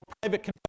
private